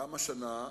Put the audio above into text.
גם השנה,